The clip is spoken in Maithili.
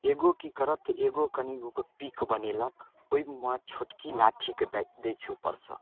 एगो की करत एगो कनि गोके पीक बनेलक ओइमे छोटकी लाठीके दै छै उपरसँ